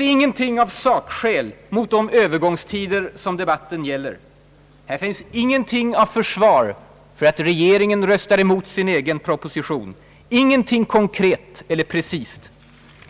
ingenting av sakskäl mot de övergångstider debatten gäller, ingenting av försvar för att regeringen röstar mot sin egen proposition, ingenting konkret eller precist.